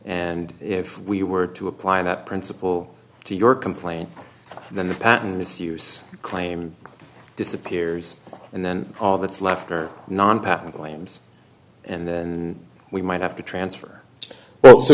and if we were to apply that principle to your complaint then the patent misuse claim disappears and then all that's left are non patent lame and then we might have to transfer well so